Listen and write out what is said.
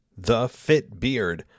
thefitbeard